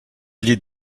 llit